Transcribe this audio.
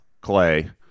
Clay